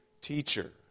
teacher